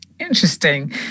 Interesting